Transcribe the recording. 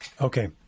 Okay